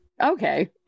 Okay